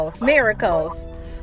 miracles